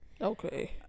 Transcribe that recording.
okay